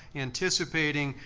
anticipating,